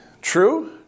true